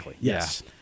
Yes